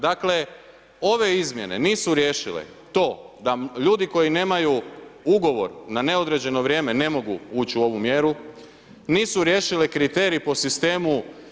Dakle, ove izmjene nisu riješile to da ljudi koji nemaju ugovor na neodređeno vrijeme ne mogu ući u ovu mjeru, nisu riješile kriterij po sistemu.